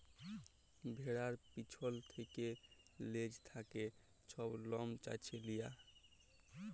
ভেড়ার পিছল থ্যাকে লেজ থ্যাকে ছব লম চাঁছে লিয়া